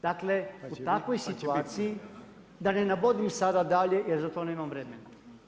Dakle, u takvoj situaciji, da ne navodim sada dalje, jer za to nemam vremena.